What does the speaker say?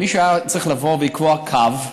מישהו היה צריך לבוא ולקבוע קו,